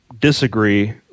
disagree